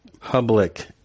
public